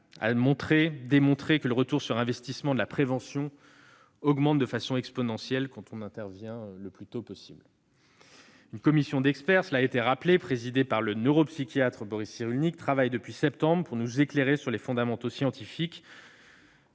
a démontré que le retour sur investissement de la prévention augmentait de façon exponentielle quand on intervenait le plus tôt possible. Une commission d'experts, présidée par le neuropsychiatre Boris Cyrulnik, travaille depuis le mois de septembre dernier pour nous éclairer sur les fondamentaux scientifiques